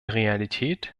realität